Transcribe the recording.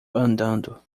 andando